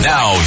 Now